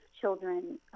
children